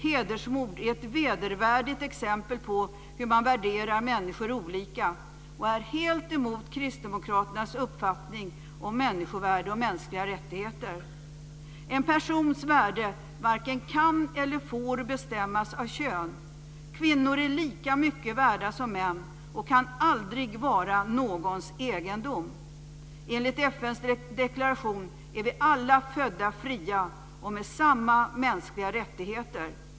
Hedersmord är ett vedervärdigt exempel på hur man värderar människor olika, och det är helt emot kristdemokraternas uppfattning om människovärde och mänskliga rättigheter. En persons värde varken kan eller får bestämmas av kön. Kvinnor är lika mycket värda som män och kan aldrig vara någons egendom. Enligt FN:s deklaration är vi alla födda fria och med samma mänskliga rättigheter.